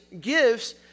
gifts